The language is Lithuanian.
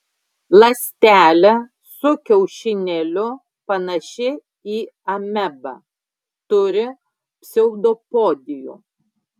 ląstelė su kiaušinėliu panaši į amebą turi pseudopodijų